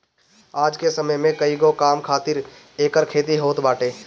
आज के समय में कईगो काम खातिर एकर खेती होत बाटे